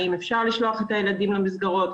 האם אפשר לשלוח את הילדים למסגרות?